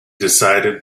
decided